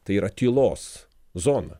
tai yra tylos zona